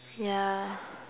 yeah